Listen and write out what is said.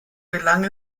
gelang